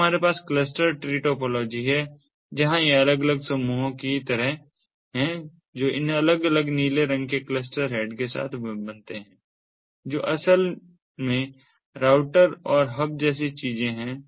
फिर हमारे पास क्लस्टर ट्री टोपोलॉजी है जहां ये अलग अलग समूहों की तरह हैं जो इन अलग अलग नीले रंग के क्लस्टर हेड के साथ बनते हैं जो असल में राउटर और हब जैसी चीजें हैं